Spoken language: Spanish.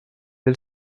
del